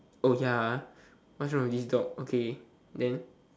oh ya what's wrong with this dog okay then